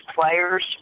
players